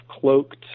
cloaked